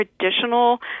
traditional